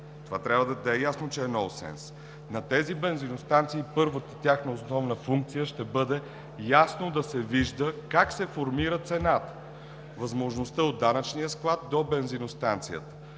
Това трябва да е ясно, че е нонсенс. На тези бензиностанции първата – тяхната основна функция, ще бъде ясно да се вижда как се формира цената – възможността от данъчния склад до бензиностанцията.